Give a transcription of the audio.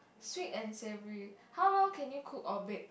sweet and savory how well can you cook or bake